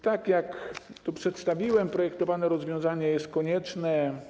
Tak jak to przedstawiłem, projektowane rozwiązanie jest konieczne.